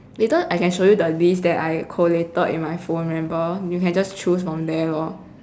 later I can show you the list that I collated in my phone remember you can just choose from there lor